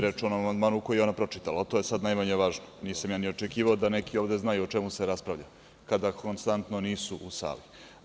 reč o amandmanu koji je ona pročitala, a to je sada najmanje važno, nisam ja ni očekivao da neki ovde znaju o čemu se raspravlja kada konstantno nisu u sali.